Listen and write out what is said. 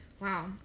Wow